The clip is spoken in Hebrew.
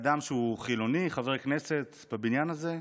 כאדם שהוא חילוני, חבר כנסת בבניין הזה,